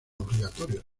obligatorios